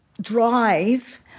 drive